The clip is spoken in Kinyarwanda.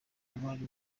abari